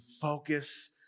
focus